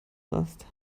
rast